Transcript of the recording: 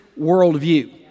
worldview